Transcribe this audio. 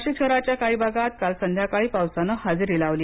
नाशिक शहराच्या काही भागात काल संध्याकाळी पावसाने हजेरी लावली